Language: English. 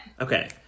okay